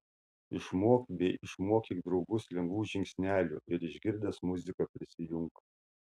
išmok bei išmokyk draugus lengvų žingsnelių ir išgirdęs muziką prisijunk